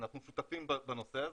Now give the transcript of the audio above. שותפים בנושא הזה,